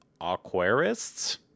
aquarists